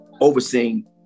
overseeing